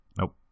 Nope